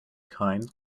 kind